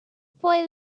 boy